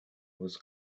was